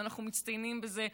ואנחנו מצטיינים בזה,